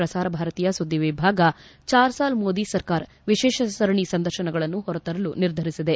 ಪ್ರಸಾರ ಭಾರತಿಯ ಸುದ್ದಿ ವಿಭಾಗ ಚಾರ್ ಸಾಲ್ ಮೋದಿ ಸರ್ಕಾರ್ ವಿಶೇಷ ಸರಣಿ ಸಂದರ್ಶನಗಳನ್ನು ಹೊರತರಲು ನಿರ್ಧರಿಸಿದೆ